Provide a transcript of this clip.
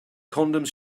condoms